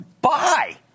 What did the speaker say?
buy